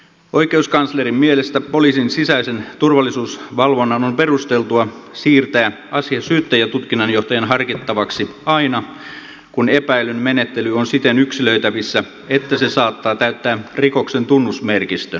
oikeuskanslerin mielestä poliisin sisäisen turvallisuusvalvonnan on perusteltua siirtää asia syyttäjätutkinnanjohtajan harkittavaksi aina kun epäillyn menettely on siten yksilöitävissä että se saattaa täyttää rikoksen tunnusmerkistön